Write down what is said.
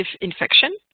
infection